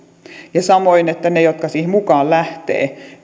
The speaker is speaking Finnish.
ja samoin että ne jotka siihen mukaan lähtevät